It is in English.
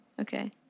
Okay